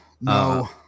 No